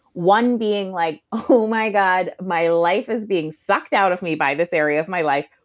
one being like, oh my god, my life is being sucked out of me by this area of my life,